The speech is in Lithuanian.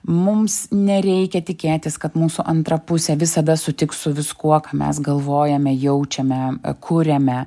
mums nereikia tikėtis kad mūsų antra pusė visada sutiks su viskuo ką mes galvojame jaučiame kuriame